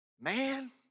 man